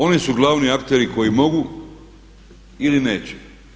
Oni su glavni akteri koji mogu ili neće.